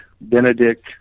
Benedict